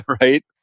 right